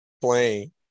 playing